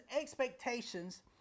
expectations